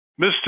Mr